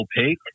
Opaque